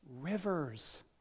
rivers